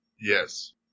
Yes